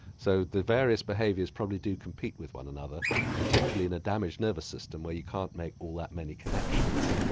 so the various behaviours probably do compete with one another particularly in a damaged nervous system where you can't make all that many connections.